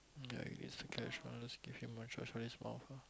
ya I guess the cash ah